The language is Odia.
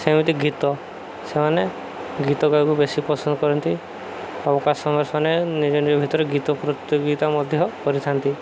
ସେମିତି ଗୀତ ସେମାନେ ଗୀତ ଗାଇବାକୁ ବେଶୀ ପସନ୍ଦ କରନ୍ତି ଅବକାଶ ସମୟ ସେମାନେ ନିଜ ନିଜ ଭିତରେ ଗୀତ ପ୍ରତିଯୋଗିତା ମଧ୍ୟ କରିଥାନ୍ତି